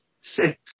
six